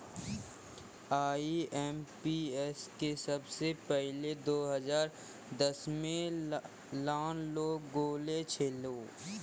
IMPS के सबसे पहिलै दो हजार दसमे लानलो गेलो छेलै